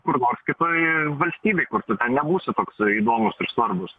kur nors kitoj valstybėj kur nebūsi toks įdomus ir svarbus